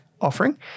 offering